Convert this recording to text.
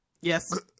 Yes